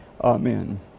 amen